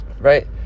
right